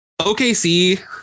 OKC